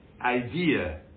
idea